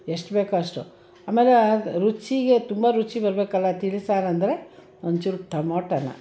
ಎಷ್ಟು ಬೇಕೋ ಅಷ್ಟು ಆಮೇಲೆ ರುಚಿಗೆ ತುಂಬ ರುಚಿ ಬರಬೇಕಲ್ಲ ತಿಳಿಸಾರು ಅಂದರೆ ಒಂಚೂರು ಟೊಮೋಟನ